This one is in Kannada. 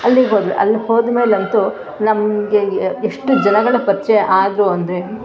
ಅಲ್ಲಿಗೆ ಹೋದ್ವಿ ಅಲ್ಲಿ ಹೋದ್ಮೇಲಂತೂ ನಮಗೆ ಎಷ್ಟು ಜನಗಳ ಪರಿಚಯ ಆದರು ಅಂದರೆ